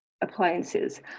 appliances